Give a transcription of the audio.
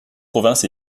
province